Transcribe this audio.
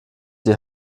die